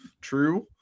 true